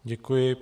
Děkuji.